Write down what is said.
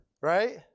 right